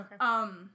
Okay